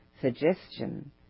suggestion